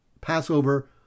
Passover